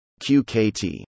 QKT